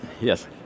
Yes